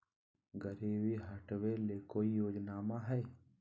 गरीबी हटबे ले कोई योजनामा हय?